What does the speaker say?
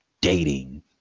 dating